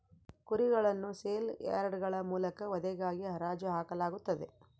ಕುರಿಗಳನ್ನು ಸೇಲ್ ಯಾರ್ಡ್ಗಳ ಮೂಲಕ ವಧೆಗಾಗಿ ಹರಾಜು ಹಾಕಲಾಗುತ್ತದೆ